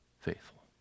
faithful